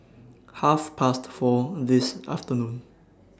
Half Past four This afternoon